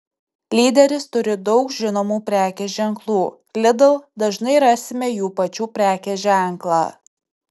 lyderis turi daug žinomų prekės ženklų lidl dažnai rasime jų pačių prekės ženklą